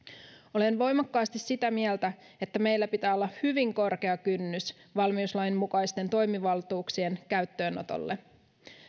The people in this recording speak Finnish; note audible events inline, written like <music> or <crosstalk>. olen voimakkaasti sitä mieltä että meillä pitää olla <unintelligible> hyvin korkea kynnys valmiuslain mukaisten toimivaltuuksien käyttöönotolle